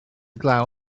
glaw